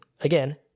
Again